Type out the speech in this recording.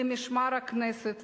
למשמר הכנסת,